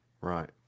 Right